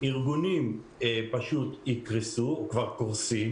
ארגונים יקרסו או כבר קורסים